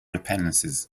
dependencies